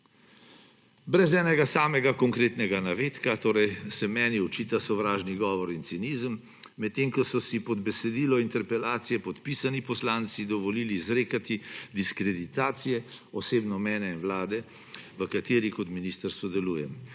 Brez enega samega konkretnega navedka, torej, se meni očita sovražni govori in cinizem, medtem ko so si pod besedilo interpelacije, podpisani poslanci dovolili izrekati diskreditacije, osebno mene in Vlade, v kateri kot minister sodelujem.